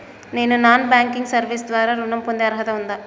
నేను non banking service ద్వారా ఋణం పొందే అర్హత ఉందా?